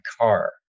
car